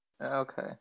Okay